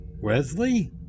Wesley